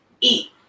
eat